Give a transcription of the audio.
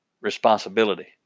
responsibility